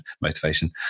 motivation